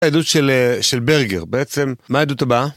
העדות של ברגר בעצם, מה העדות הבאה?